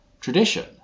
tradition